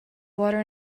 water